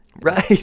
Right